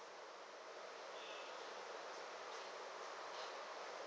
uh